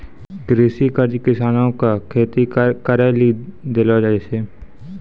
कृषि कर्ज किसानो के खेती करे लेली देलो जाय छै